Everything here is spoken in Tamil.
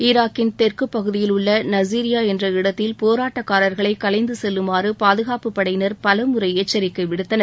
ஈராக்கின் தெற்குப் பகுதியில் உள்ள நஸிரியா என்ற இடத்தில் போராட்டக்காரர்களை கலைந்து செல்லுமாறு பாதுகாப்புப் படையினர் பலமுறை எச்சரிக்கை விடுத்தனர்